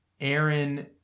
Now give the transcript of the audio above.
aaron